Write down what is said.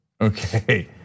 Okay